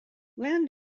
land